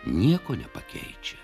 nieko nepakeičia